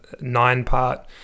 nine-part